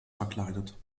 verkleidet